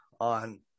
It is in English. on